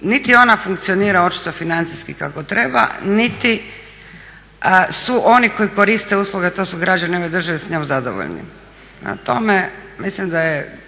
niti ona funkcionira očito financijski kako treba niti su oni koji koriste usluge, to su građani ove države s njom zadovoljni. Prema tome, mislim da je